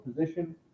position